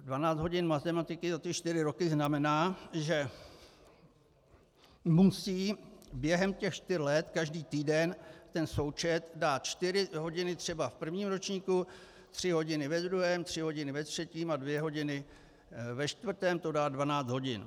12 hodin matematiky za ty 4 roky znamená, že musí během těch čtyř let každý týden ten součet dát 4 hodiny třeba v prvním ročníku, 3 hodiny ve druhém, 3 hodiny ve třetím a 2 hodiny ve čtvrtém, to dá 12 hodin.